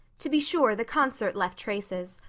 to be sure, the concert left traces.